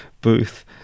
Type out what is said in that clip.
booth